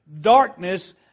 darkness